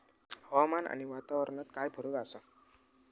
हवामान आणि वातावरणात काय फरक असा?